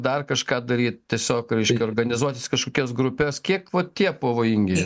dar kažką daryt tiesiog reiškia organizuotis kažkokias grupes kiek vat tie pavojingi